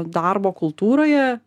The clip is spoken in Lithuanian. darbo kultūroje